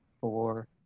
four